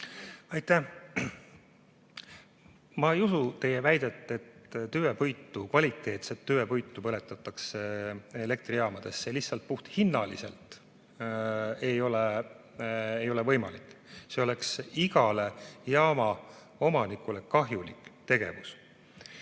Aitäh! Ma ei usu teie väidet, et tüvepuitu, kvaliteetset tüvepuitu põletatakse elektrijaamades. See lihtsalt puht hinna mõttes ei ole võimalik. See oleks igale jaamaomanikule kahjulik tegevus.